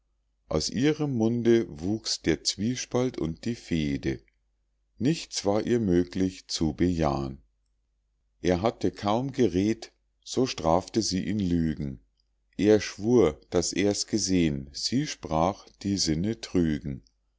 aus ihrem munde wuchs der zwiespalt und die fehde nichts war ihr möglich zu bejah'n er hatte kaum gered't so strafte sie ihn lügen er schwur daß er's gesehn sie sprach die sinne trügen